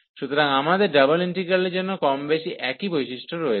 সুতরাং আমাদের ডাবল ইন্টিগ্রালের জন্য কমবেশি একই বৈশিষ্ট্য রয়েছে